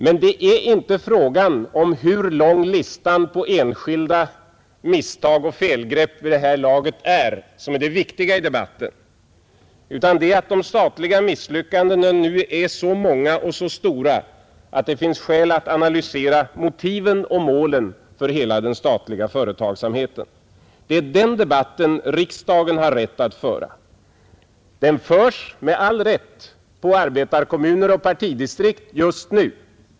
Men det är inte frågan om hur lång listan över enskilda misstag och felgrepp är som är det viktiga i debatten, utan det är att de statliga misslyckandena nu är så många och så stora, att det finns skäl att analysera motiven och målen för hela den statliga företagsamheten. Riksdagen har rätt att föra den debatten. Den förs — också med all rätt — i arbetarkommuner och partidistrikt just nu.